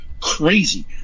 crazy